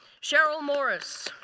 cheryl morris.